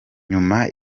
nyuma